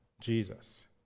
Jesus